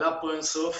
עלה פה אין סוף.